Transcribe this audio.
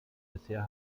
bisher